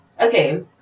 okay